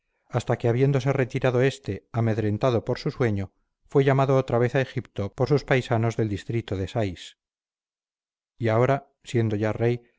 hasta que habiéndose retirado éste amedrentado por su sueño fue llamado otra vez a egipto por sus paisanos del distrito de sais y ahora siendo ya rey